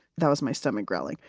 that was my stomach growling